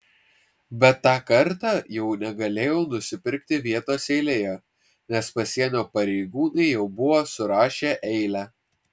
bet tą kartą jau negalėjau nusipirkti vietos eilėje nes pasienio pareigūnai jau buvo surašę eilę